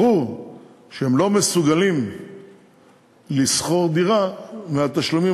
ברור שהם לא מסוגלים לשכור דירה מהתשלומים